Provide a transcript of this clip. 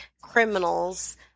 criminals